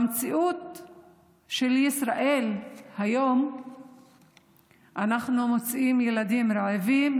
במציאות של ישראל היום אנחנו מוצאים ילדים רעבים,